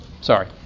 Sorry